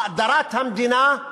האדרת המדינה,